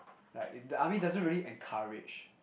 like the army doesn't really encourage